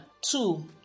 Two